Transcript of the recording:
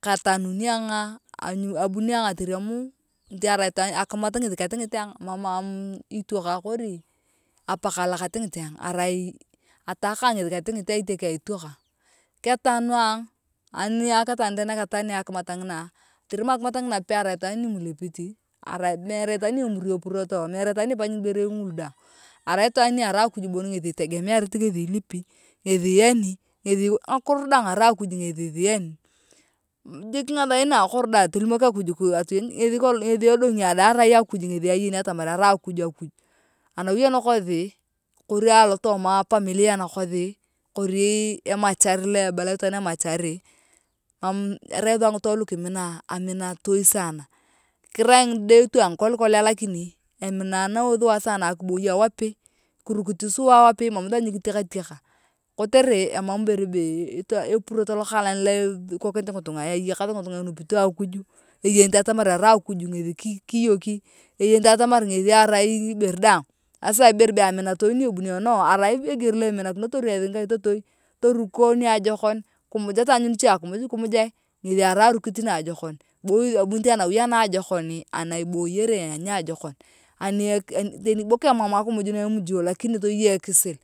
Ketanunuuu ayonga abuni atorem arai itaaan akimat ngethi katingit ayong mamuuuu itokang kori apakang lokatingit ayong arai ataakang ngethi katingit ayong itiokeng aitokang ketanu ayong ani akitenet naketania akimat ngina atonam akimat ngina pe arai itwaan ni mulepitiiii meere itwaan ni emuri epurotooo meere itwaan ni epanyi ngiborei ngulu daang arai itwaan ni erai akuj ngesi isiyani jik ngathain na akoro da tolimok akuj atoyen ngethi edongio dang arai akuj. Akuj anawi anakosi kori alotooma a familia nakosi kori emachar lo ebala itaan emachari mam kirai sua ngitunga lukimina aminatoi sana kerai ngide tu angikolkolia lakini eminanao sua sana akiboi awapoi kirukit awapei mam sua nyikitekateka kotere emam iboro be epurot lokalaan lu ethikokini ngitunga eyakathi ngitunga enupito akuj eyenete atamar arai akuj ngethi kiyoki eyenete atamar ngethi arai ibere daang aasa ibere be aminatoi ni ebuneneo arai eger lo iminakinotor eeth ngikaitoitoi toruko niajokon kimuja tonyau niche akimuj kimujae ngesi arai arukit naajokon abunit ayong anawi anaajokon ana iboyere aniajokon teni bo kemam akimuj na imujio lakini toyei ekisil